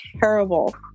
terrible